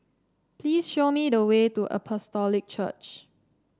please show me the way to Apostolic Church